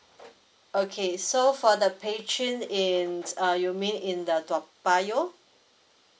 okay so for the pei chun in uh you mean in the toa payoh